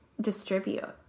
distribute